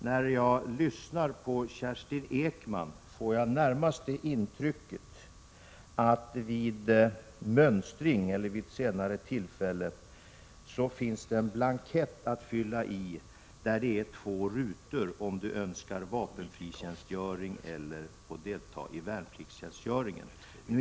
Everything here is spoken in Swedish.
När jag lyssnar på Kerstin Ekman får jag närmast det intrycket att hon föreställer sig att man vid mönstring eller vid senare tillfälle får en blankett med två rutor att fylla i och där man anger önskemål om antingen vapenfritjänstgöring eller deltagande i värnpliktstjänstgöringen.